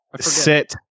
sit